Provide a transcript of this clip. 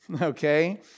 Okay